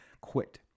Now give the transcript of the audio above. quit